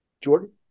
Jordan